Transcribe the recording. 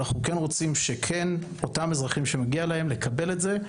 אנחנו כן רוצים שאותם אזרחים שמגיע להם יקבלו את השירות.